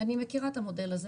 אני מכירה את המודל הזה.